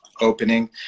opening